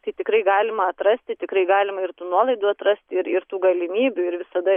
tai tikrai galima atrasti tikrai galima ir tų nuolaidų atrasti ir ir tų galimybių ir visada